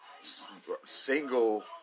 single